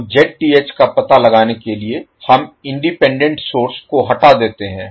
तो Zth का पता लगाने के लिए हम इंडिपेंडेंट सोर्स को हटा देते हैं